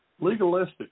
Legalistic